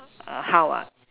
err how ah